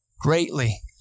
greatly